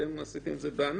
אתם עשיתם את זה בענק,